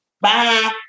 Bye